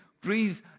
breathe